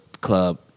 club